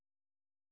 অঁ কওকচোন